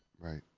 Right